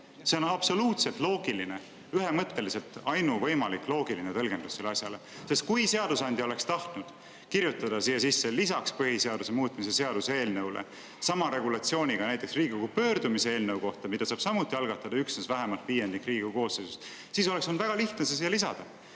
on absoluutselt loogiline, ühemõtteliselt ainuvõimalik loogiline tõlgendus sellele asjale. Kui seadusandja oleks tahtnud kirjutada siia sisse lisaks põhiseaduse muutmise seaduse eelnõule sama regulatsiooni ka näiteks Riigikogu pöördumise eelnõu kohta, mida saab samuti algatada üksnes vähemalt viiendik Riigikogu koosseisust, siis oleks olnud väga lihtne see siia lisada. Ja